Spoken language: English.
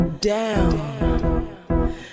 down